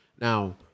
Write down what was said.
Now